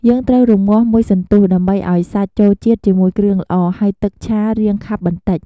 យើងត្រូវរម្ងាស់មួយសន្ទុះ ដើម្បីឱ្យសាច់ចូលជាតិជាមួយគ្រឿងល្អ ហើយទឹកឆារាងខាប់បន្តិច។